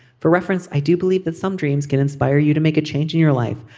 for reference i do believe that some dreams can inspire you to make a change in your life.